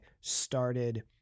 started